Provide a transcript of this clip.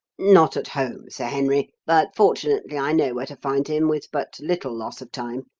not at home, sir henry but, fortunately, i know where to find him with but little loss of time,